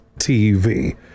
TV